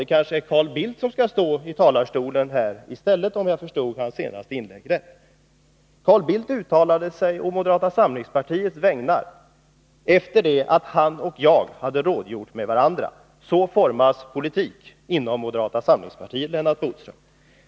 Det kanske är Carl Bildt som skall stå här i talarstolen i stället för mig, om jag förstod Lennart Bodströms inlägg rätt. Carl Bildt uttalade sig på moderata samlingspartiets vägnar efter det att han och jag hade rådgjort med varandra. Så formas politik inom moderata samlingspartiet, Lennart Bodström!